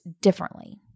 differently